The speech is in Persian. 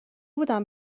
بودم